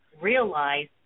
realize